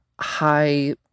high